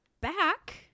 back